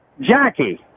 Jackie